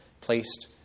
placed